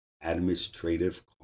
administrative